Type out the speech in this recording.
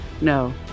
No